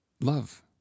love